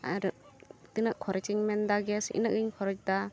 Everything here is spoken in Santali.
ᱟᱨ ᱛᱤᱱᱟᱹᱜ ᱠᱷᱚᱨᱚᱪᱤᱧ ᱢᱮᱱᱫᱟ ᱜᱮᱥ ᱤᱱᱟᱹᱜ ᱜᱮᱧ ᱠᱷᱚᱨᱚᱪᱫᱟ